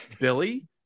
Billy